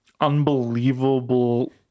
unbelievable